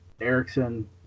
Erickson